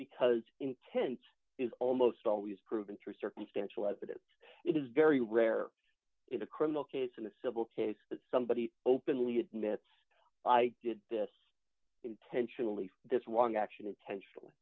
because intent is almost always proven through circumstantial evidence it is very rare in a criminal case in a civil case that somebody openly admits i did this intentionally this was action intentionally